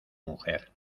mujer